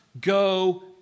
go